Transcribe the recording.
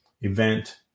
event